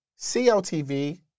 CLTV